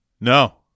no